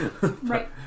right